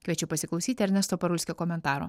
kviečiu pasiklausyti ernesto parulskio komentaro